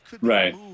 right